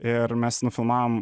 ir mes nufilmavom